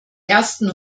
ersten